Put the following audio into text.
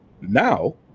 now